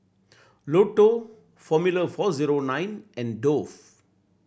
Lotto Formula Four Zero Nine and Dove